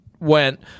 went